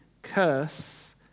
Curse